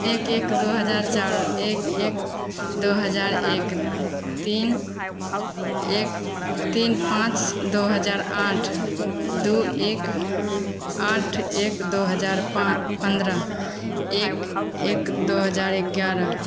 एक एक दो हजार चारि एक एक दो हजार एक तीन एक तीन पाँच दो हजार आठ दू एक आठ एक दो हजार पाँच पंद्रह एक एक दो हजार एगारह